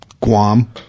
Guam